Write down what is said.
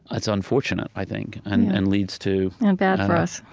that's unfortunate, i think. and and leads to, and bad for us.